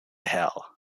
hell